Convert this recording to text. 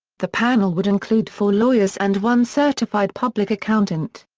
the panel would include four lawyers and one certified public accountant.